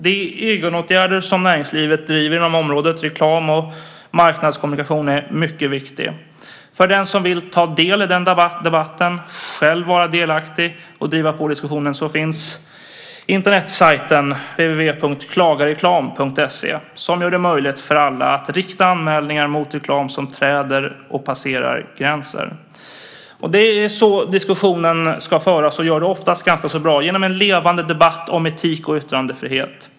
De egenåtgärder som näringslivet driver inom området reklam och marknadskommunikation är mycket viktiga. För den som vill ta del av den debatten, själv vara delaktig och driva på diskussionen finns Internetsajten www.klagareklam.se som gör det möjligt för alla att rikta anmälningar mot reklam som träder över och passerar gränsen. Det är så diskussionen ska föras. Och det görs oftast ganska bra, genom en levande debatt om etik och yttrandefrihet.